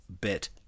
bit